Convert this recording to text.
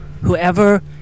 whoever